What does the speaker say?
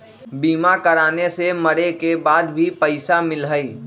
बीमा कराने से मरे के बाद भी पईसा मिलहई?